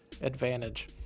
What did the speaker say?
advantage